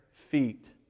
feet